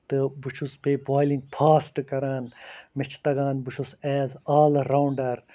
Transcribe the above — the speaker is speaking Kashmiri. تہٕ بہٕ چھُس بیٚیہِ بالِنٛگ فاسٹ کران مےٚ چھِ تَگان بہٕ چھُس ایز آلراوُنٛڈر